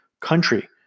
country